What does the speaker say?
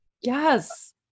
Yes